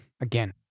Again